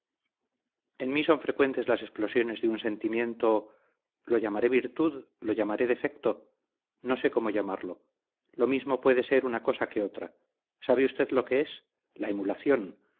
en mí son frecuentes las explosiones de un sentimiento lo llamaré virtud lo llamaré defecto no sé cómo llamarlo lo mismo puede ser una cosa que otra sabe usted lo que es la emulación